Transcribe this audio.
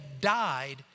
died